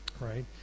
right